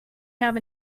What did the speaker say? have